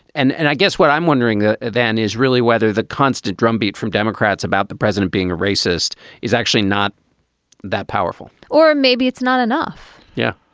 and and i guess what i'm wondering ah then is really whether the constant drumbeat from democrats about the president being a racist is actually not that powerful or maybe it's not enough yeah,